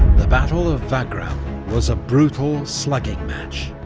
the battle of wagram was a brutal slugging-match,